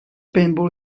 pinball